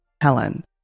Helen